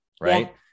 right